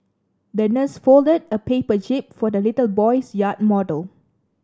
the nurse folded a paper jib for the little boy's yacht model